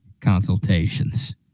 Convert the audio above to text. Consultations